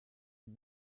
den